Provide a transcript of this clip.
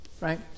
right